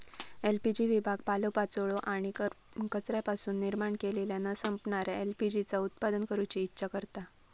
LPG विभाग पालोपाचोळो आणि कचऱ्यापासून निर्माण केलेल्या न संपणाऱ्या एल.पी.जी चा उत्पादन करूची इच्छा करता